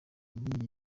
yombi